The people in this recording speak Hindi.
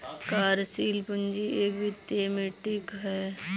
कार्यशील पूंजी एक वित्तीय मीट्रिक है